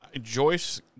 Joyce